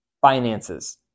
finances